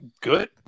Good